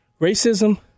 Racism